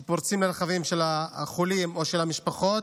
פורצים לרכבים של החולים או של המשפחות,